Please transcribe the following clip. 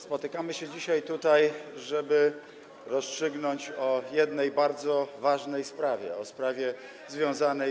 Spotykamy się dzisiaj tutaj, żeby rozstrzygnąć o jednej bardzo ważnej sprawie, o sprawie związanej.